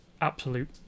absolute